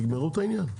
תגמרו את העניין.